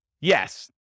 Yes